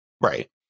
right